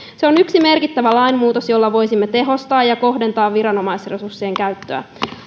se on yksi merkittävä lainmuutos jolla voisimme tehostaa ja kohdentaa viranomaisresurssien käyttöä